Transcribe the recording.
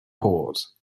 port